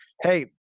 hey